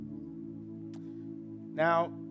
Now